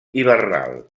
hivernal